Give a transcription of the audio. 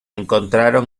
encontraron